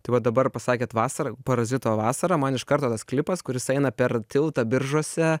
tai va dabar pasakėt vasara parazito vasara man iš karto tas klipas kur jis eina per tiltą biržuose